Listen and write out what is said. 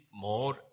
more